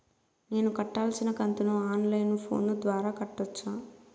నేను కట్టాల్సిన కంతును ఆన్ లైను ఫోను ద్వారా కట్టొచ్చా?